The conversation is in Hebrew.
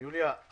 יוליה,